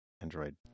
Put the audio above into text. Android